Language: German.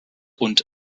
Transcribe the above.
und